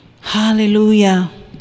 Hallelujah